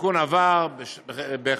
התיקון עבר בחקיקה,